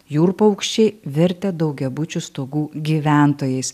jūrų paukščiai virtę daugiabučių stogų gyventojais